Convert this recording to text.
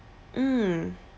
mm